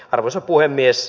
arvoisa puhemies